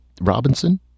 Robinson